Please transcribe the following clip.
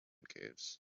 caves